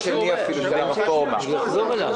הדיון על הסוגים הוא דיון נרחב, הוא לא כרגע.